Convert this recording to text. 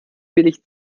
billig